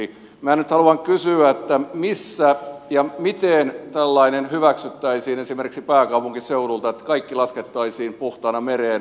minä haluan nyt kysyä missä ja miten tällainen hyväksyttäisiin että esimerkiksi pääkaupunkiseudulla kaikki laskettaisiin puhtaana mereen